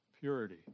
purity